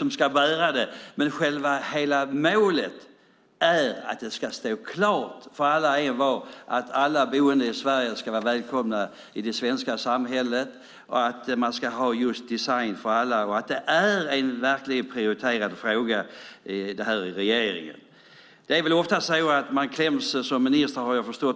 med före valet. Själva målet är att det ska stå klart för alla och envar att alla boende i Sverige ska vara välkomna i det svenska samhället, att det ska finnas design för alla och att det är en prioriterad fråga i regeringen. Om det sedan blir gigantiska kostnader och vem som ska bära dem är en annan sak.